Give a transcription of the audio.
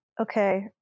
Okay